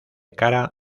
cara